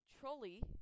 Trolley